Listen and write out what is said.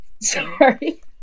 sorry